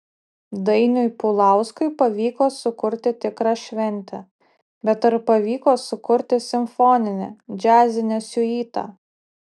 dainiui pulauskui pavyko sukurti tikrą šventę bet ar pavyko sukurti simfoninę džiazinę siuitą